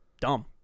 dumb